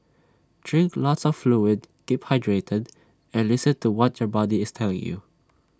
drink lots of fluid keep hydrated and listen to what your body is telling you